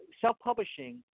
self-publishing